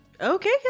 Okay